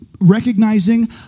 Recognizing